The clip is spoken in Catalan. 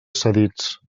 cedits